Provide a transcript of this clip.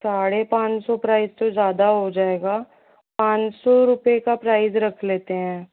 साढ़े पाँच सौ प्राइस तो ज़्यादा हो जाएगा पाँच सौ रुपये का प्राइज़ रख लेते हैं